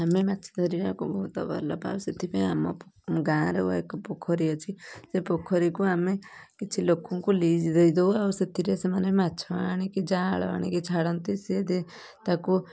ଆମେ ମାଛ ଧରିବାକୁ ବହୁତ ଭଲ ପାଉ ସେଥିପାଇଁ ଆମ ଗାଁରେ ଏକ ପୋଖରୀ ଅଛି ସେ ପୋଖରୀକୁ ଆମେ କିଛି ଲୋକଙ୍କୁ ଲିଜ ଦେଇ ଦଉ ଆଉ ସେଥିରେ ସେମାନେ ମାଛ ଆଣିକି ଜାଆଁଳ ଆଣିକି ଛାଡ଼ନ୍ତି ସିଏ ଦେ ତାକୁ